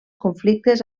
conflictes